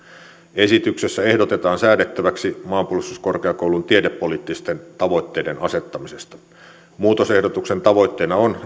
esityksessä ehdotetaan säädettäväksi maanpuolustuskorkeakoulun tiedepoliittisten tavoitteiden asettamisesta muutosehdotuksen tavoitteena on